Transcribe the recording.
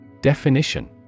Definition